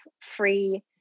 free